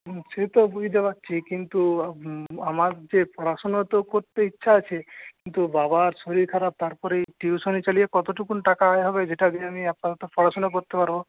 সে তো বুঝতে পারছি কিন্তু আমার যে পড়াশোনা তো করতে ইচ্ছা আছে কিন্তু বাবার শরীর খারাপ তারপর এই টিউশানি চালিয়ে কতটুকু টাকা আয় হবে যেটা দিয়ে আমি আপাতত পড়াশোনা করতে পারবো